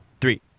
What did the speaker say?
three